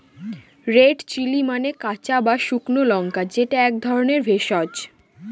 red chilli মানে কাঁচা বা শুকনো লঙ্কা যেটা এক ধরনের ভেষজ